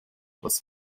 was